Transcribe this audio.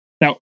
now